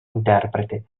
interprete